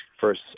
first